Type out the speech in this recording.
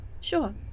Sure